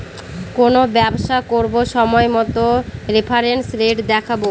কোনো ব্যবসা করবো সময় মতো রেফারেন্স রেট দেখাবো